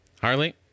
Harley